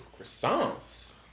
croissants